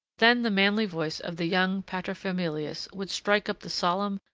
then the manly voice of the young paterfamilias would strike up the solemn,